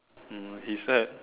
hmm is that